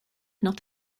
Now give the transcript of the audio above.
not